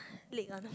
late one